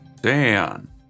Dan